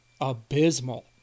abysmal